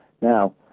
now